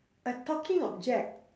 a talking object